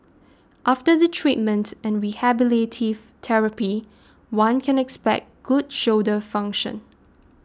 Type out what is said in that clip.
after the treatment and rehabilitative therapy one can expect good shoulder function